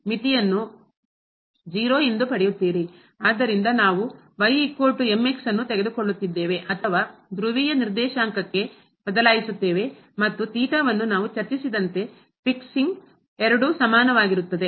ಆದ್ದರಿಂದ ನಾವು ತೆಗೆದುಕೊಳ್ಳುತ್ತೇವೆ ಅಥವಾ ಧ್ರುವೀಯ ನಿರ್ದೇಶಾಂಕಕ್ಕೆ ಬದಲಾಯಿಸುತ್ತೇವೆ ಮತ್ತು ವನ್ನು ನಾವು ಚರ್ಚಿಸಿದಂತೆ ಫಿಕ್ಸಿಂಗ್ ಸರಿಪಡಿಸುವುದು ಎರಡೂ ಸಮಾನವಾಗಿರುತ್ತದೆ